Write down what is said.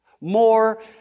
more